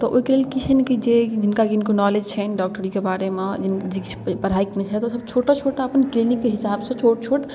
तऽ ओहिके लेल कि छै ने जे कि जे जिनका किनको नॉलेज छनि डॉक्टरीके बारेमे जे किछु पढ़ाइ कएने छथि ओसब छोटा छोटा अपन क्लीनिकके हिसाबसँ छोट छोट